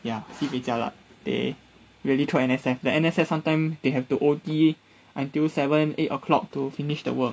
ya sibei jialat they really throw N_S_F the N_S_F sometime they have to O_T until seven eight o'clock to finish the work